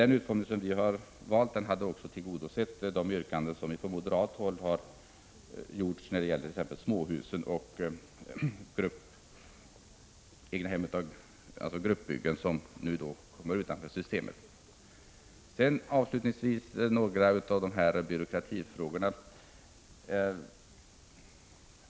Den utformning som vi förordar hade också tillgodosett kraven i yrkandena från moderat håll beträffande exempelvis småhus och gruppbyggen, som nu kommer utanför systemet. Avslutningsvis tar jag upp några av byråkratifrågorna.